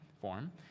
form